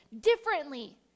differently